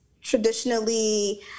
traditionally